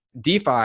DeFi